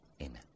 amen